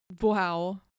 wow